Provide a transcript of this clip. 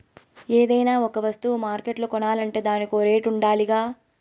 ఏదైనా ఒక వస్తువ మార్కెట్ల కొనాలంటే దానికో రేటుండాలిగా